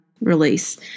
release